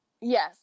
Yes